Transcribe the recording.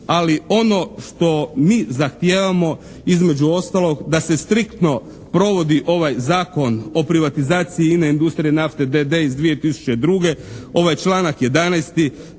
ali ono što mi zahtijevamo između ostalog da se striktno provodi ovaj Zakon o privatizaciji INA-e industrije nafte, d.d. iz 2002. ovaj članak 11.